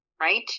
right